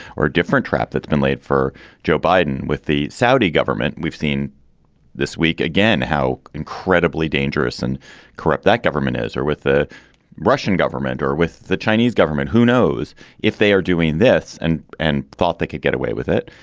or a different trap that's been laid for joe biden with the saudi government. we've seen this week, again, how incredibly dangerous and corrupt that government is, or with the russian government or with the chinese government, who knows if they are doing this and and thought they could get away with it.